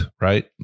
right